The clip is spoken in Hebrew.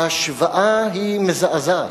ההשוואה היא מזעזעת.